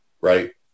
Right